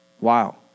Wow